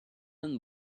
and